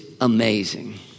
amazing